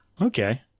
Okay